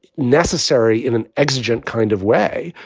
necessary in an exigent kind of way.